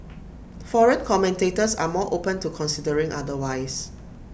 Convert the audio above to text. foreign commentators are more open to considering otherwise